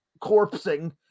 corpsing